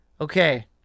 Okay